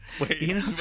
Wait